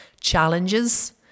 challenges